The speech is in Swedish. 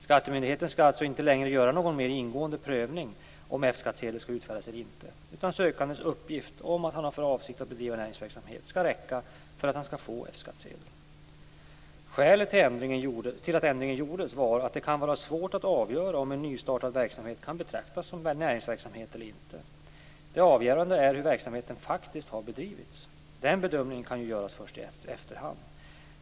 Skattemyndigheten skall alltså inte längre göra någon mer ingående prövning om F-skattsedel utfärdas eller inte, utan sökandens uppgift om att han har för avsikt att bedriva näringsverksamhet skall räcka för att han skall få en F Skälet till att ändringen gjordes var att det kan vara svårt att avgöra om en nystartad verksamhet kan betraktas som näringsverksamhet eller inte. Det avgörande är hur verksamheten faktiskt har bedrivits. Den bedömningen kan göras först i efterhand.